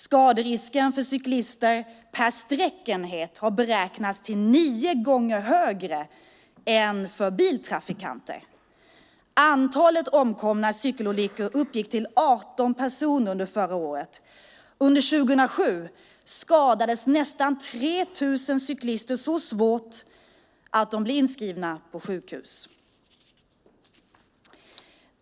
Skaderisken för cyklister per sträckenhet har beräknats till nio gånger högre än för biltrafikanter. Antalet omkomna i cykelolyckor uppgick till 18 personer under förra året. Under 2007 skadades nästan 3 000 cyklister så svårt att de blev inskrivna på sjukhus.